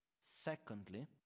Secondly